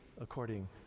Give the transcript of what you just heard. according